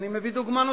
אני מביא דוגמה נוספת,